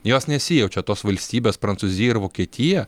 jos nesijaučia tos valstybės prancūzija ir vokietija